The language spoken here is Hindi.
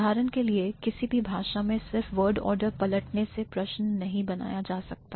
उदाहरण के लिए किसी भी भाषा में सिर्फ word order पलटने से प्रश्न नहीं बनाया जा सकता